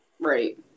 right